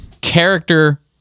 character